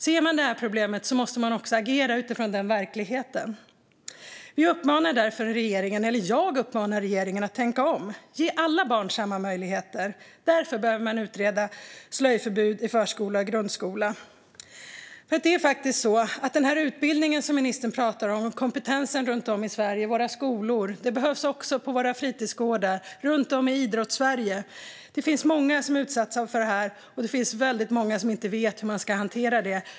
Ser man det här problemet måste man också agera utifrån den verkligheten. Jag uppmanar därför regeringen att tänka om. Ge alla barn samma möjligheter! Därför behöver man utreda slöjförbud i förskola och grundskola. Den här utbildningen som ministern pratar om och kompetensen runt om i Sverige och i våra skolor behövs också på våra fritidsgårdar och runt om i Idrottssverige. Det finns många som är utsatta för det här, och det finns väldigt många som inte vet hur man ska hantera det.